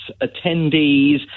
attendees